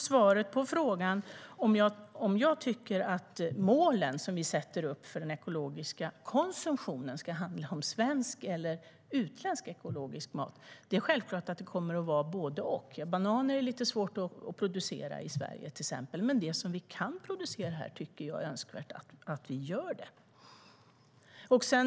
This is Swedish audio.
Svaret på frågan om jag tycker att målen som vi sätter upp för den ekologiska konsumtionen ska handla om svensk eller utländsk ekologisk mat är att det självklart kommer att vara både och. Bananer är lite svårt att producera i Sverige, men det är önskvärt att vi producerar sådant som kan produceras här.